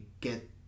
get